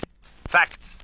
Facts